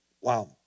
Wow